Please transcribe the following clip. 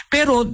Pero